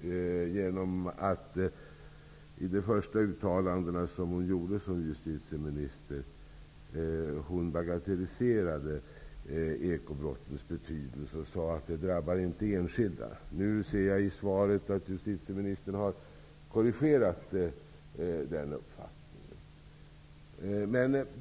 när hon i sina första uttalanden som justitieminister bagatelliserade ekobrottens betydelse. Hon sade att de inte drabbar enskilda. Nu korrigerade justitieministern den uppfattningen i sitt svar.